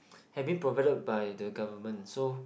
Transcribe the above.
have been provided by the government so